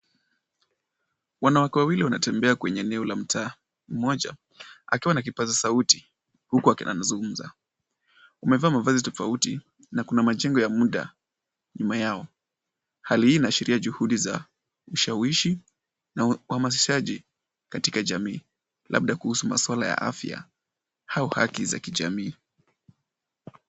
Wanawake wawili wanatembea kwenye eneo la mtaa mmoja akiwa na kipaza sauti huku akiwa anazungumza. Wamevaa mavazi tofauti na kuna majengo ya muda nyuma yao. Hali hii ashiria juhudi za ushawishi na umahamasishaji katika jamii labda kuhusu maswala ya afya au haki za kijamii.